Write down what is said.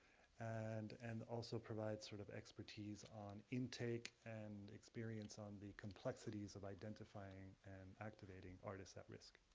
and and also, provides sort of expertise on intake and experience on the complexities of identifying and activating artists at-risk.